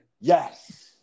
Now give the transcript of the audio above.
Yes